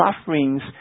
sufferings